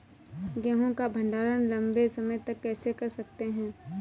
गेहूँ का भण्डारण लंबे समय तक कैसे कर सकते हैं?